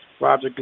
Roger